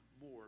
more